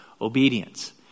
obedience